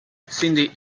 cindy